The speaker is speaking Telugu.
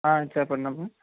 చెప్పండి అమ్మా